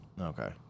Okay